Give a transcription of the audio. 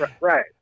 Right